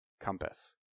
compass